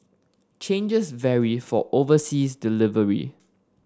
charges vary for overseas delivery